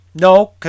No